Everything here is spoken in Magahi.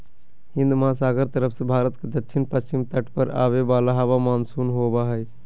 हिन्दमहासागर तरफ से भारत के दक्षिण पश्चिम तट पर आवे वाला हवा मानसून होबा हइ